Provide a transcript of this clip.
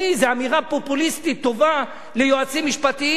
זאת אמירה פופוליסטית טובה ליועצים משפטיים,